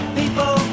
people